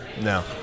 No